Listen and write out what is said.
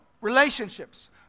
relationships